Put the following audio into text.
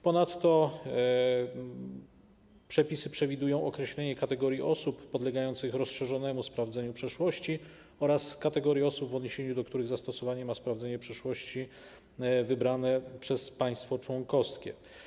Ponadto przepisy przewidują określenie kategorii osób podlegających rozszerzonemu sprawdzeniu przeszłości oraz kategorii osób, w odniesieniu do których zastosowanie ma sprawdzenie przeszłości wybrane przez państwo członkowskie.